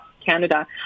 canada